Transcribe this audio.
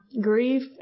grief